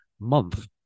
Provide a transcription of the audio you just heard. month